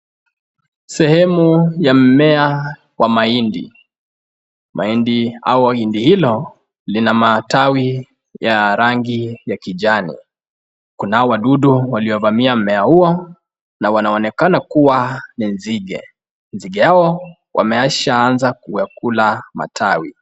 Sehemu ya mmea wa mahindi, mahindi au hindi hilo lina matawi ya rangi ya kijani. Kuna hawa wadudu waliovamia mmea huo na wanaonekana kuwa ni nzige, nzige hao wameshaanza kuyakula matawi.